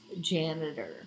janitor